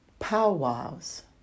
powwows